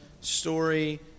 story